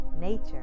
Nature